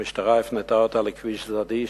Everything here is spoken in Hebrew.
המשטרה הפנתה אותה לכביש צדדי,